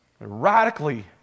Radically